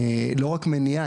לא רק מניעה,